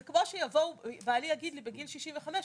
זה כמו שבעלי יגיד לי בגיל 65,